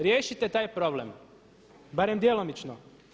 Riješite taj problem, barem djelomično.